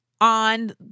on